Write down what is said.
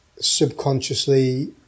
Subconsciously